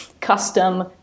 custom